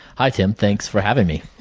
hi tim, thanks for having me.